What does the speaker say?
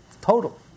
total